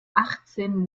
achtzehn